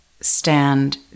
stand